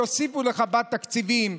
יוסיפו לחב"ד תקציבים.